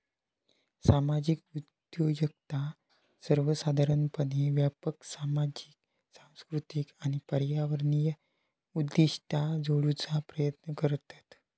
सामाजिक उद्योजकता सर्वोसाधारणपणे व्यापक सामाजिक, सांस्कृतिक आणि पर्यावरणीय उद्दिष्टा जोडूचा प्रयत्न करतत